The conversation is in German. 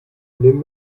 nimm